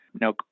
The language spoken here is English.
Now